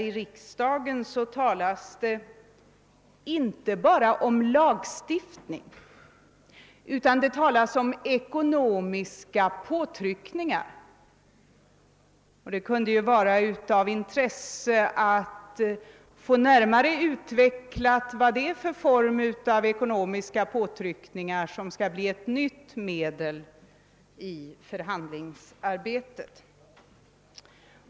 I motionen talas det inte bara om lagstiftning, utan det talas också om ekonomiska påtryckningar. Det kunde vara av intresse att få närmare utvecklat vilken form av ekonomiska påtryckningar som skall bli ett nytt medel i förhandlingsarbetet.